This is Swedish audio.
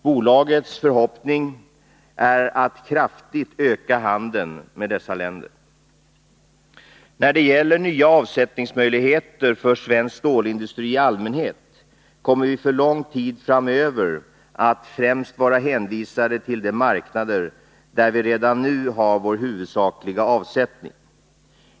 Bolagets förhoppning är att kraftigt öka handeln med dessa länder. När det gäller nya avsättningsmöjligheter för svensk stålindustri i möjligheterna för svensk stålindustri allmänhet kommer vi för lång tid framöver att främst vara hänvisade till de marknader där vi redan nu har vår huvudsakliga avsättning.